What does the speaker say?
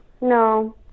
No